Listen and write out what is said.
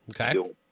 Okay